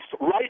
right